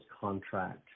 contract